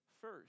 first